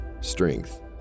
strength